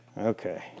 Okay